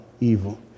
evil